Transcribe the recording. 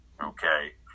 okay